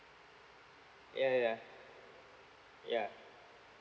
yeah yeah yeah